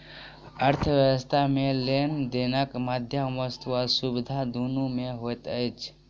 अर्थशास्त्र मे लेन देनक माध्यम वस्तु आ सुविधा दुनू मे होइत अछि